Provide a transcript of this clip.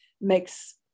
makes